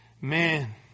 man